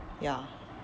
ya